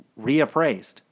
reappraised